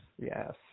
Yes